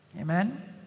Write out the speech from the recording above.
Amen